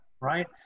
right